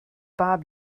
bob